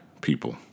people